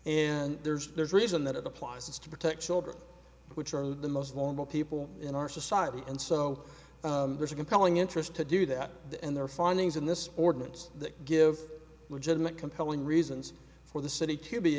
and there's there's reason that it applies to protect children which are the most vulnerable people in our society and so there's a compelling interest to do that in their findings in this ordinance that give legitimate compelling reasons for the city to be